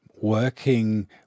working